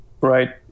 right